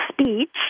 speech